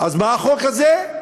אז מה החוק הזה?